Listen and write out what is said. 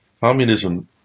Communism